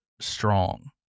strong